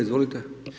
Izvolite.